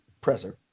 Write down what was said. presser